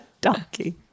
donkey